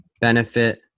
benefit